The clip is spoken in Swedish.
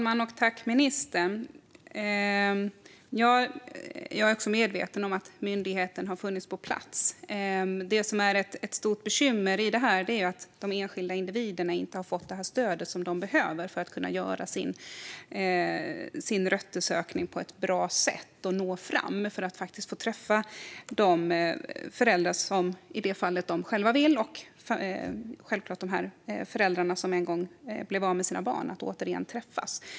Fru talman! Tack, ministern! Jag är medveten om att myndigheten har varit på plats. Det som är ett stort bekymmer är att de enskilda individerna inte har fått det stöd de behöver för att kunna göra sin röttersökning på ett bra sätt. De har inte kunnat nå fram och återigen, i det fall de själva och föräldrarna vill, träffa föräldrarna som en gång blev av med sina barn.